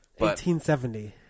1870